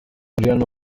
hanno